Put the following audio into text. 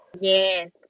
Yes